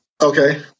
Okay